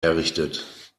errichtet